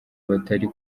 batari